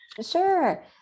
Sure